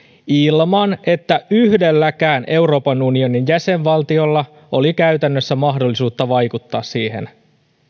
ilman että yhdelläkään euroopan unionin jäsenvaltiolla oli käytännössä mahdollisuutta vaikuttaa siihen